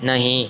नहीं